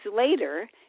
later